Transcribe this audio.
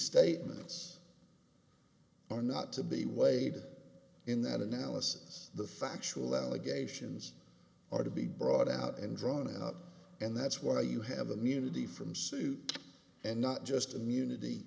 statements are not to be weighed in that analysis the factual allegations are to be brought out and drawn up and that's why you have immunity from suit and not just immunity